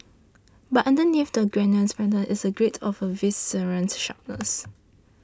but underneath the genial banter is a great of a visceral sharpness